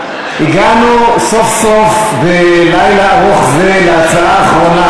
הגענו סוף-סוף בלילה ארוך זה להצעה האחרונה,